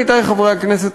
עמיתי חברי הכנסת,